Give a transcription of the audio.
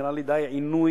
נראה לי די עינוי,